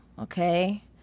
Okay